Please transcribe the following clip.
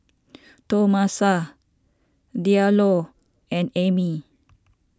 Tomasa Diallo and Emmy